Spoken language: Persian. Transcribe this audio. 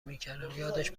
میکردم، یادش